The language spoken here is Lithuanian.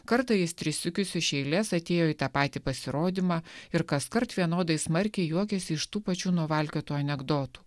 kartą jis tris sykius iš eilės atėjo į tą patį pasirodymą ir kaskart vienodai smarkiai juokėsi iš tų pačių nuvalkiotų anekdotų